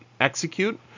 execute